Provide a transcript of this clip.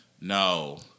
No